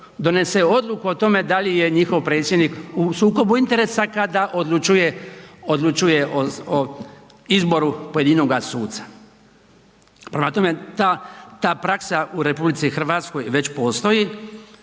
donese odluku o tome da li je njihov predsjednik u sukobu interesa kada odlučuje o izboru pojedinoga suca. Prema tome, ta praksa u RH već postoji